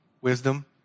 Wisdom